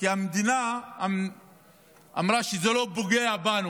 המדינה אמרה שזה לא פוגע בנו,